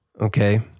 Okay